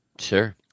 Sure